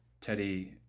Teddy